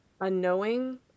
unknowing